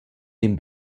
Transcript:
dem